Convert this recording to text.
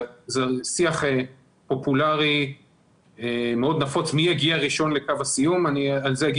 זה שיח פופולרי מאוד נפוץ מי יגיע ראשון לקו הסיום ועל זה אני אומר